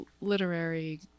literary